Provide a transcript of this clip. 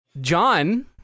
John